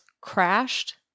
crashed